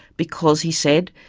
because, he said,